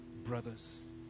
brothers